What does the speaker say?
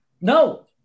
No